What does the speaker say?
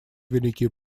великие